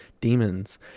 demons